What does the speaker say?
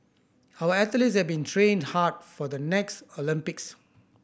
our athletes have been train hard for the next Olympics